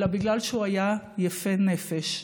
אלא בגלל שהוא היה יפה נפש,